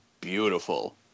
beautiful